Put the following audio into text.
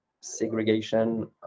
segregation